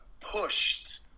pushed